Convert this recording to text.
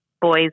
boys